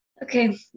Okay